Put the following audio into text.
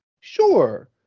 Sure